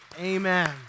Amen